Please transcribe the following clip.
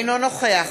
אינו נוכח